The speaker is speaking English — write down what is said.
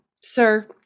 sir